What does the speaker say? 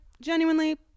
genuinely